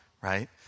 Right